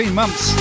months